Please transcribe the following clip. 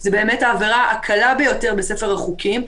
זו באמת העבירה הקלה ביותר בספר החוקים.